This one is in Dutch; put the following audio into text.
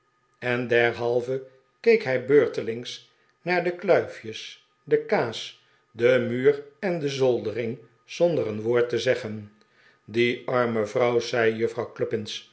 en derhalve keek hij beurtelings naar de kluifjes de kaas den muur en de zoldering zonder een woord te zeggen die arme vrouw zei juffrouw